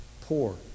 Poor